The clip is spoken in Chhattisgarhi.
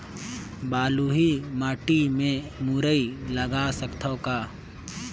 बलुही माटी मे मुरई लगा सकथव का?